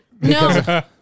No